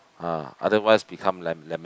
ah otherwise become le~ lemon